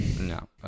No